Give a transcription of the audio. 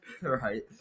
right